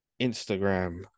Instagram